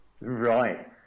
right